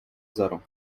zero